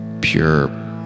pure